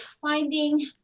finding